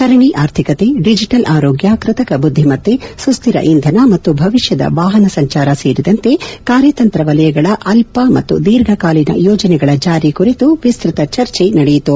ಸರಣಿ ಆರ್ಥಿಕತೆ ಡಿಜೆಟಲ್ ಆರೋಗ್ಕ ಕೃತಕ ಬುಧ್ಧಿಮತ್ತೆ ಸುಶ್ಧಿರ ಇಂಧನ ಮತ್ತು ಭವಿಷ್ಠದ ವಾಹನ ಸಂಚಾರ ಸೇರಿದಂತೆ ಕಾರ್ಯತಂತ್ರ ವಲಯಗಳ ಅಲ್ಲ ಮತ್ತು ದೀರ್ಘಕಾಲೀನ ಯೋಜನೆಗಳ ಜಾರಿ ಕುರಿತು ವಿಸ್ನತ ಚರ್ಚೆ ನಡೆಯಿತು